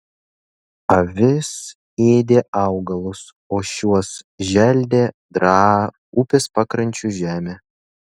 avys ėdė augalus o šiuos želdė draa upės pakrančių žemė